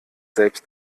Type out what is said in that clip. selbst